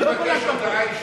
אני מבקש הודעה אישית,